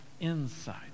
inside